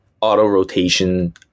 auto-rotation